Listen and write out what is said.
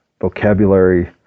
vocabulary